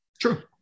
True